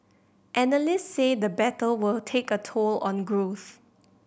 analysts say the battle will take a toll on growth